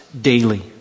daily